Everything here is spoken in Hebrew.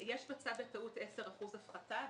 בצו יש טעות של 10 אחוזים הפחתה.